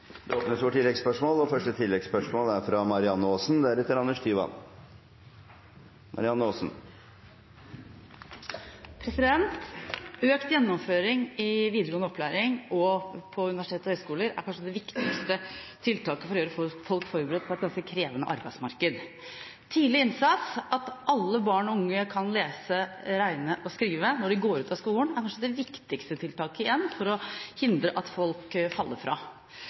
Det åpnes for oppfølgingssspørsmål – først Marianne Aasen. Økt gjennomføring i videregående opplæring og på universiteter og høyskoler er kanskje det viktigste tiltaket for å gjøre folk forberedt på et ganske krevende arbeidsmarked. Tidlig innsats, det at alle barn og unge kan lese, regne og skrive når de går ut av skolen, er kanskje det viktigste tiltaket for å hindre